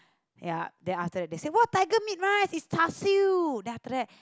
ya then after that they say what tiger meat mah it's char-siew